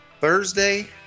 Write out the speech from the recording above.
Thursday